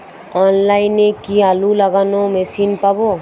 অনলাইনে কি আলু লাগানো মেশিন পাব?